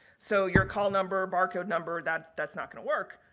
so, your call number, bar code number, that's that's not going to work.